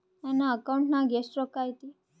ನನ್ನ ಅಕೌಂಟ್ ನಾಗ ಎಷ್ಟು ರೊಕ್ಕ ಐತಿ?